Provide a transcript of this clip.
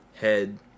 head